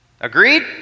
Agreed